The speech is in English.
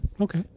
Okay